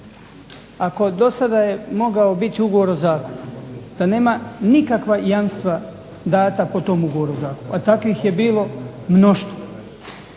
Ako dosada je mogao biti ugovor o zakupu da nema nikakva jamstva dana po tom ugovoru o zakupu,a takvih je bilo mnoštvo,